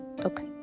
okay